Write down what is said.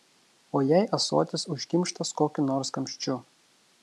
o jei ąsotis užkimštas kokiu nors kamščiu